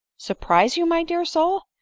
surprise you, my dear soul!